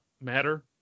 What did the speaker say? matter